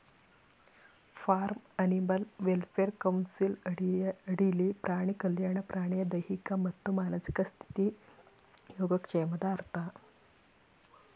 form animal welfare council ಅಡಿಲಿ ಪ್ರಾಣಿ ಕಲ್ಯಾಣ ಪ್ರಾಣಿಯ ದೈಹಿಕ ಮತ್ತು ಮಾನಸಿಕ ಸ್ಥಿತಿ ಯೋಗಕ್ಷೇಮದ ಅರ್ಥ